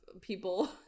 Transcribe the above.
people